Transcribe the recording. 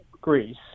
Greece